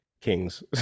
kings